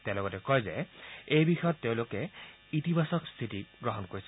তেওঁ লগতে কয় যে এই বিষয়ত তেওঁলোকে ইতিবাচক স্থিতি গ্ৰহণ কৰিছে